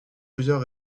plusieurs